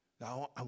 Now